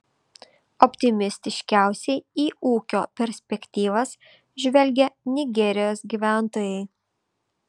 optimistiškiausiai į ūkio perspektyvas žvelgia nigerijos gyventojai